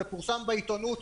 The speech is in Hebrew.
זה פורסם בעיתונות,